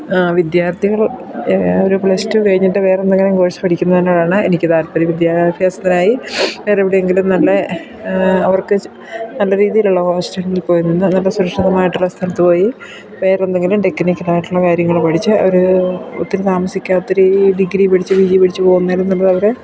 വിദ്യാർത്ഥികൾ ഒരു plus two കഴിഞ്ഞിട്ട് വേറെ എന്തെങ്കിലും കോഴ്സ് പഠിക്കുന്നതിനോടാണ് എനിക്ക് താൽപര്യം വിദ്യാഭ്യാസത്തിനായി വേറെ എവിടെയെങ്കിലും നല്ല അവർക്ക് നല്ല രീതിയിലുള്ള ഹോസ്റ്റലുകളിൽ പോയി നിന്ന് നല്ല സുരക്ഷിതമായിട്ടുള്ള സ്ഥലത്ത് പോയി വേറെ എന്തെങ്കിലും ടെക്നിക്കൽ ആയിട്ടുള്ള കാര്യങ്ങൾ പഠിച്ചു അവർ ഒത്തിരി താമസിക്കാത്ത രീതിയിൽ ഡിഗ്രി പഠിച്ചു പി ജി പഠിച്ചു പോകുന്നതിലും നമ്മൾ അവരെ